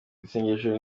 isengesho